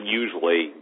usually